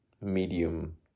medium